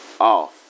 off